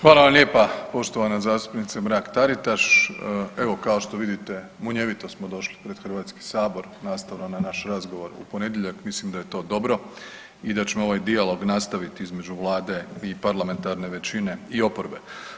Hvala vam lijepa poštovana zastupnice Mrak-Taritaš, evo kao što vidite, munjevito smo došli pred HS, nastavno na naš razgovor u ponedjeljak, mislim da je to dobro i da ćemo ovaj dijalog nastaviti između Vlade i parlamentarne većine i oporbe.